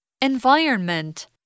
Environment